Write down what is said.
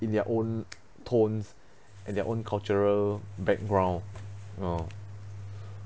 in their own tones and their own cultural background oh